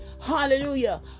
hallelujah